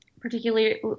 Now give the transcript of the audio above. particularly